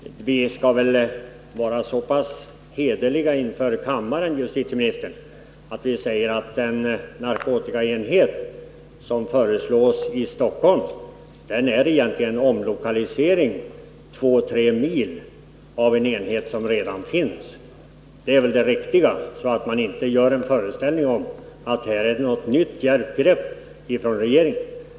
Herr talman! Vi skall väl, herr justitieminister, vara så pass hederliga inför kammaren att vi säger att den narkotikaenhet som föreslås i Stockholm egentligen är en omlokalisering två tre mil av en enhet som redan finns. Vi bör inte inge någon den föreställningen att det är fråga om något nytt; djärvt 131 grepp av regeringen.